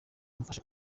ubufasha